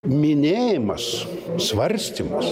minėjimas svarstymas